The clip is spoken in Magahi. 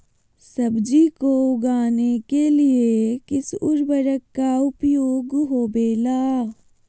सब्जी को उगाने के लिए किस उर्वरक का उपयोग होबेला?